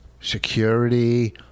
security